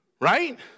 right